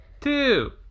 Two